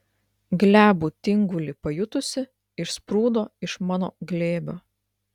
glebų tingulį pajutusi išsprūdo iš mano glėbio